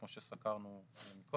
כמו שסקרנו קודם.